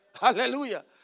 Hallelujah